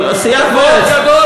סגן השר, תהיה ענייני בתשובה.